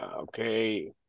okay